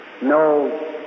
No